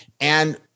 And-